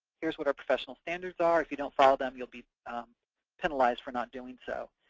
here's what our professional standards are. if you don't follow them, you'll be penalized for not doing so.